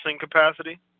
capacity